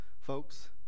folks